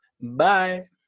Bye